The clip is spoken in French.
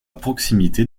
proximité